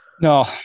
No